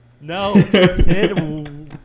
No